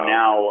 now